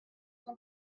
cent